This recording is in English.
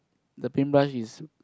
the paint brush is